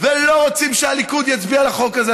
ולא רוצים שהליכוד יצביע על החוק הזה.